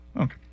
Okay